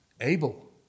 Abel